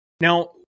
Now